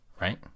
right